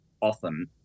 often